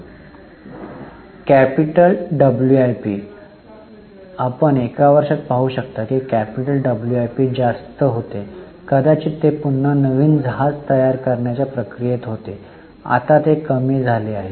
capital WIP आपण एका वर्षात पाहू शकता की कॅपिटल डब्ल्यूआयपी जास्त होते कदाचित ते पुन्हा नवीन जहाज तयार करण्याच्या प्रक्रियेत होते आता ते कमी झाले आहे